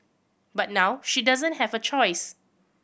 but now she doesn't have a choice